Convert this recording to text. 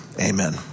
amen